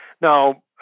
Now